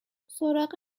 سراغ